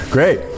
Great